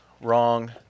wrong